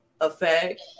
effect